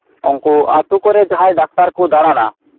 ᱩᱱᱠᱩ ᱟᱛᱳᱠᱚᱨᱮ ᱡᱟᱦᱟᱸᱭ ᱰᱟᱠᱛᱟᱨ ᱠᱚ ᱫᱟᱲᱟᱱᱟ